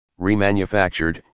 remanufactured